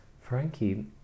Frankie